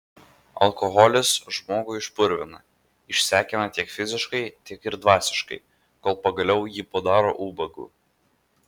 alkoholis žmogų išpurvina išsekina tiek fiziškai tiek ir dvasiškai kol pagaliau jį padaro ubagu